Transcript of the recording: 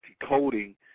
decoding